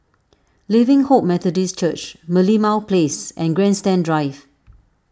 Living Hope Methodist Church Merlimau Place and Grandstand Drive